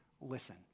listen